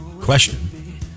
Question